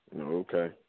Okay